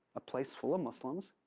a place full of muslims.